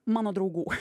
mano draugų